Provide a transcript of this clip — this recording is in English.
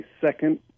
second